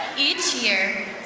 each year,